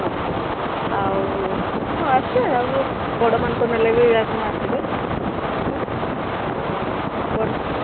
ହଁ ଆଉ ହଁ ଆସିବେ ଆଉ ବଡ଼ମାନଙ୍କ ନେଲେ ବି ଆପଣ ଆସିବେ ଆଉ